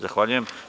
Zahvaljujem.